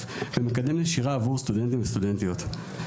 ומקדם נשירה עבור סטודנטים וסטודנטיות.